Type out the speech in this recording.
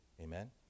Amen